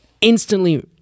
Instantly